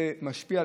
זה משפיע,